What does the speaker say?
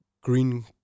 green